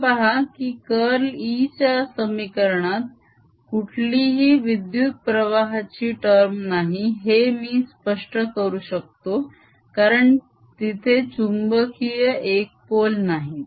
हे पाहा की कर्ल E च्या समीकरणात कुठलीही विद्युत प्रवाहाची टर्म नाही हे मी स्पष्ट करू शकतो कारण तिथे चुंबकीय एकपोल नाहीत